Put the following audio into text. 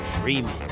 Freeman